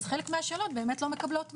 אז חלק מהשאלות באמת לא מקבלות מענה.